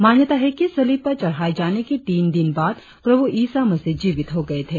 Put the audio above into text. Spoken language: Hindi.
मान्यता है कि सलीब पर चढ़ाए जाने के तीन दिन बाद प्रभू ईसा मसीह जीवित हो गए थे